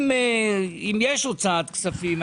אם יש הוצאות כספים,